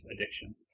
addiction